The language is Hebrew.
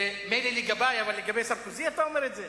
מילא לגבי, אבל לגבי סרקוזי אתה אומר את זה?